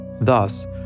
Thus